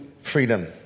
freedom